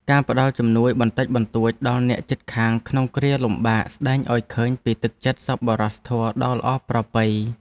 ការផ្ដល់ជំនួយបន្តិចបន្តួចដល់អ្នកជិតខាងក្នុងគ្រាលំបាកស្តែងឱ្យឃើញពីទឹកចិត្តសប្បុរសធម៌ដ៏ល្អប្រពៃ។